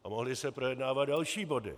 A mohly se projednávat další body.